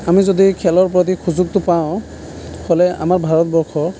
আমি যদি খেলৰ প্ৰতি সুযোগটো পাওঁ হ'লে আমাৰ ভাৰতবৰ্ষ